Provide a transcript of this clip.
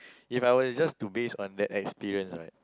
if I was just to based on that experience right